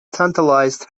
tantalised